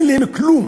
אין להם כלום.